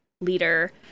leader